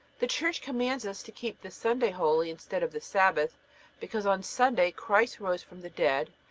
the church commands us to keep the sunday holy instead of the sabbath because on sunday christ rose from the dead,